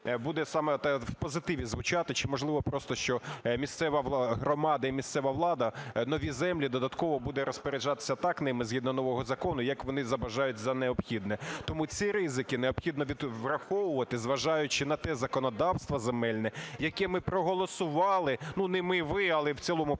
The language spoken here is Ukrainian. буде саме в позитиві звучати, чи, можливо, просто що місцева громада і місцева влада нові землі додатково буде розпоряджатися так ними згідно нового закону, як вони забажають за необхідне? Тому ці ризики необхідно враховувати, зважаючи на те законодавство земельне, яке ми проголосували, ну, не ми – ви, але в цілому парламент